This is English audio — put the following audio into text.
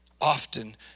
often